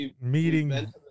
meeting